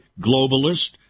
globalist